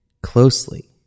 closely